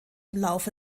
laufe